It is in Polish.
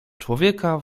człowieka